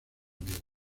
unidos